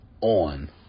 on